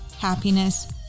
happiness